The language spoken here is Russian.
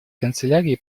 канцелярии